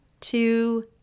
two